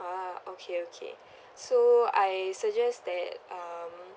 ah okay okay so I suggest that um